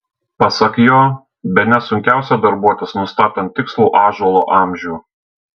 pasak jo bene sunkiausia darbuotis nustatant tikslų ąžuolo amžių